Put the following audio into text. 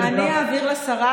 אני אעביר לשרה,